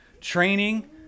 training